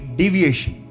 deviation